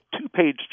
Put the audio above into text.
two-page